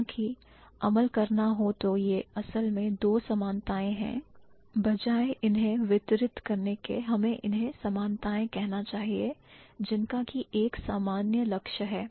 हालांकि अमल करना हो तो यह असल में दो समानताएं हैं बजाएं इन्हें वितरित कहने के हमें इन्हें समानताएं कहना चाहिए जिनका की एक सामान्य लक्ष्य है